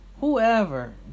whoever